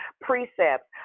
precepts